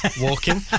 walking